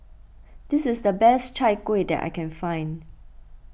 this is the best Chai Kueh that I can find